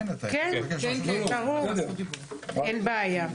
כן ברור, אין בעיה.